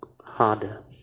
harder